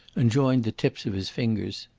and joined the tips of his fingers.